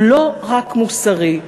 הוא לא רק מוסרי,